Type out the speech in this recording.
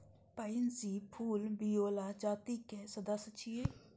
pansy फूल viola जातिक सदस्य छियै